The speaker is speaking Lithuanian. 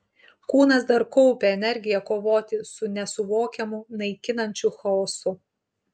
kūnas dar kaupė energiją kovoti su nesuvokiamu naikinančiu chaosu